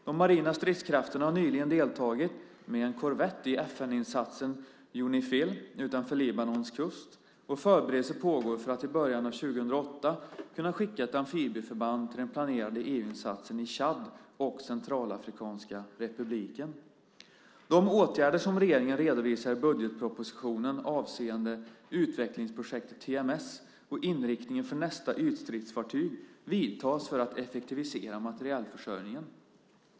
De marina stridskrafterna har nyligen deltagit med en korvett i FN-insatsen Unifil utanför Libanons kust, och förberedelser pågår för att i början av 2008 skicka ett amfibieförband till den planerade EU-insatsen i Tchad och Centralafrikanska republiken. De åtgärder som regeringen redovisar i budgetpropositionen avseende utvecklingsprojektet TMS och inriktningen för nästa ytstridsfartyg vidtas för att effektivisera materielförsörjningen.